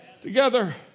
Together